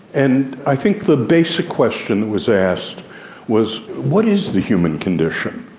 and i think the basic question that was asked was, what is the human condition?